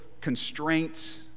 constraints